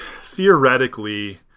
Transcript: theoretically